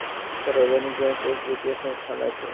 सार्वजनिक बैंक एक वित्तीय संस्थान अछि